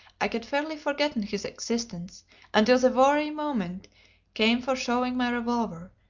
i had fairly forgotten his existence until the very moment came for showing my revolver,